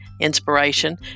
inspiration